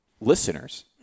listeners